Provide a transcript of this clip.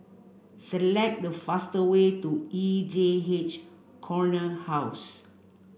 select the fastest way to E J H Corner House